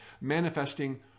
manifesting